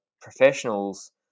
professionals